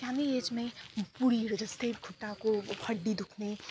सानै एजमै बुढीहरू जस्तै खुट्टाको ए हड्डी दुख्ने